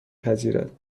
پذیرد